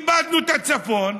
איבדנו את הצפון,